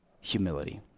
humility